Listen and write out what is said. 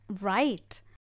right